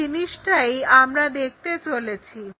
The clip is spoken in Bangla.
এই জিনিসটাই আমরা দেখতে চলেছি